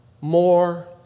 more